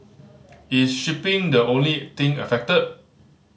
is shipping the only thing affected